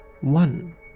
one